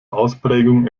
ausprägung